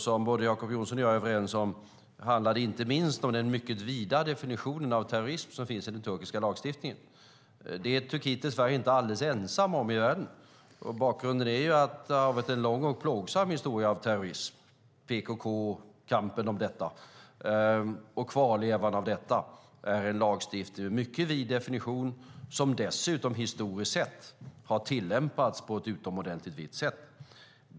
Som Jacob Johnson och jag är överens om handlar det inte minst om den mycket vida definitionen av terrorism som finns i den turkiska lagstiftningen - det är Turkiet dess värre inte alldeles ensamma om i världen att ha - och bakgrunden är att det har varit en lång och plågsam historia av terrorism med PKK och kampen om detta. Kvarlevan är en lagstiftning med en mycket vid definition som dessutom historiskt sett har tillämpats på ett utomordentligt vitt sett.